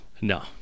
no